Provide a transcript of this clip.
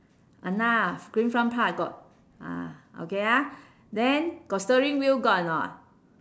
!hanna! green front part got ah okay ah then got steering wheel got or not